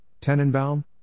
Tenenbaum